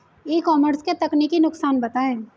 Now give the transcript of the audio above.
ई commerce के तकनीकी नुकसान बताएं?